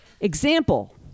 Example